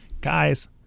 Guys